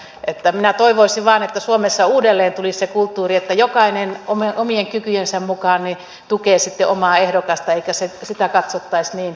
että minä toivoisin vain että suomessa uudelleen tulisi se kulttuuri että jokainen omien kykyjensä mukaan tukee sitten omaa ehdokastaan eikä sitä katsottaisi niin ikävänä toimintana